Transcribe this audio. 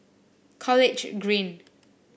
College Green